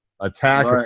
attack